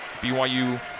BYU